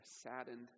saddened